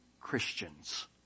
Christians